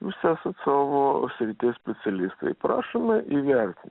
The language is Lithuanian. jūs esat savo srities specialistai prašome įvertin